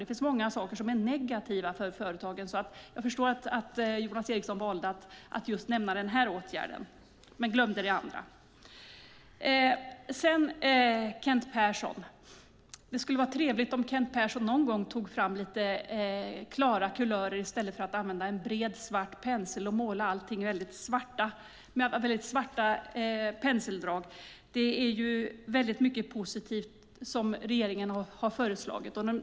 Det finns många saker som är negativa för företagen. Jag förstår att Jonas Eriksson valde att nämna just denna åtgärd men glömde det andra. Det skulle vara trevligt om Kent Persson någon gång tog fram lite klara kulörer i stället för att använda en bred pensel och måla allting väldigt svart med svarta penseldrag. Det är mycket positivt som regeringen föreslagit.